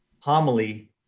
homily